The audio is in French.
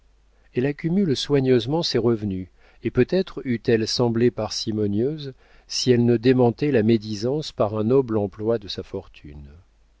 elle accumule soigneusement ses revenus et peut-être eût-elle semblé parcimonieuse si elle ne démentait la médisance par un noble emploi de sa fortune